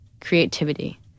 creativity